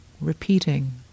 repeating